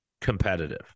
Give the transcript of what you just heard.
competitive